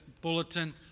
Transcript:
bulletin